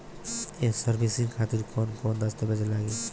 ये सर्विस खातिर कौन कौन दस्तावेज लगी?